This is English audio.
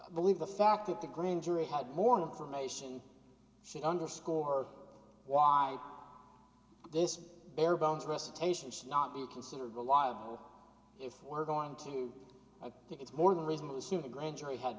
i believe the fact that the grand jury had more information should underscore why this barebones recitation should not be considered reliable if we're going to think it's more than reasonable assume the grand jury had